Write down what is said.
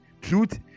truth